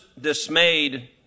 dismayed